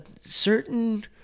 certain